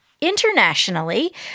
Internationally